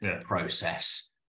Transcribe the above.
process